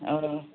हय